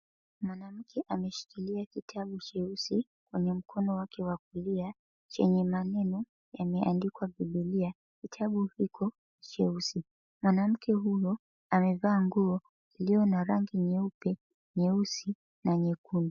Mwanamke ameshikilia kitabu cheusi kwenye mkono wake wa kulia, chenye maneno yaliyoandikwa Bibilia. Kitabu hicho cheusi, mwanamke huyo amevaa nguo iliyo na rangi nyeupe, nyeusi, na nyekundu.